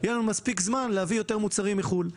יהיה לנו מספיק זמן להביא יותר מוצרים מחו"ל.